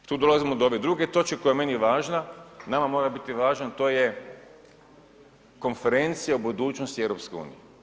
I tu dolazimo do ove druge točke koja je meni važna, nama mora biti važno, a to je Konferencija o budućnosti EU.